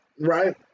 right